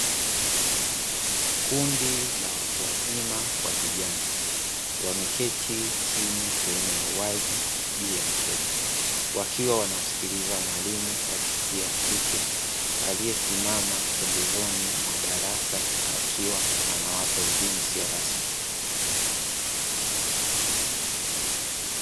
Kundi la watu wazima kwa vijana wameketi chini sehemu ya wazi juu mkeka, wakiwa wanamsikiliza mwali wa jinsi ya kike aliyesimama mwa darasa akiwa anawapa elimu isio rasmi.